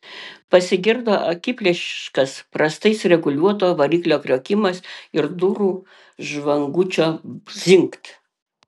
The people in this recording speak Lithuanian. pasigirdo akiplėšiškas prastai sureguliuoto variklio kriokimas ir durų žvangučio dzingt